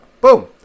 Boom